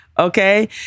Okay